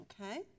Okay